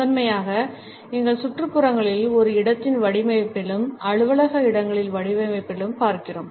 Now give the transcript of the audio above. முதன்மையாக எங்கள் சுற்றுப்புறங்களிலும் ஒரு இடத்தின் வடிவமைப்பிலும் அலுவலக இடங்களின் வடிவமைப்பிலும் பார்க்கிறோம்